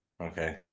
Okay